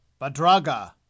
Badraga